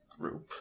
group